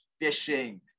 fishing